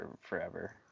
forever